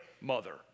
mother